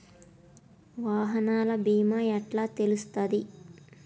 వాహనాల బీమా ఎట్ల తెలుస్తది?